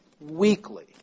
weekly